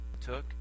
took